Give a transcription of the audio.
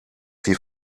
die